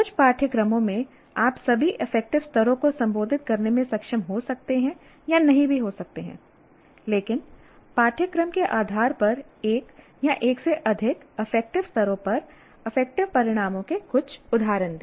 कुछ पाठ्यक्रमों में आप सभी अफेक्टिव स्तरों को संबोधित करने में सक्षम हो सकते हैं या नहीं भी हो सकते हैं लेकिन पाठ्यक्रम के आधार पर एक या एक से अधिक अफेक्टिव स्तरों पर अफेक्टिव परिणामों के कुछ उदाहरण दे